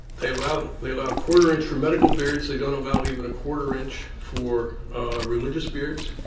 they allow they allow a quarter inch for medical beards. they don't allow even a quarter inch for religious beards.